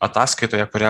ataskaitoje kurią